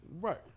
Right